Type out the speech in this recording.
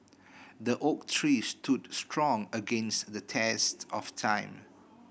the oak tree stood strong against the test of time